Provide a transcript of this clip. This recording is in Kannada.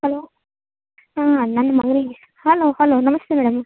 ಹಲೋ ಹಾಂ ನನ್ನ ಮಗನಿಗೆ ಹಲೋ ಹಲೋ ನಮಸ್ತೇ ಮೇಡಮ್